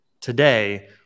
Today